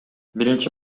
биринчи